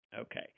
Okay